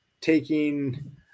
taking